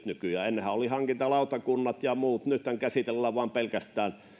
nykyään ennenhän oli hankintalautakunnat ja muut ja nythän käsitellään pelkästään